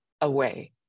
away